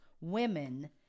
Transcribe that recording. women